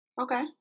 Okay